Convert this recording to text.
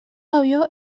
avió